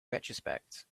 retrospect